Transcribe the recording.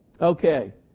Okay